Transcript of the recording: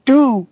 Two